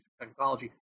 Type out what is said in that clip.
technology